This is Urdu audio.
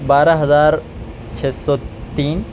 بارہ ہزار چھ سو تین